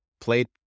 played